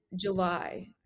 July